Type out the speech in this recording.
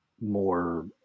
more